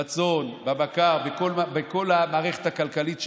בצאן, בבקר, בכל המערכת הכלכלית שלהם,